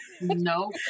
no